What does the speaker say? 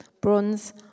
bronze